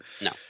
No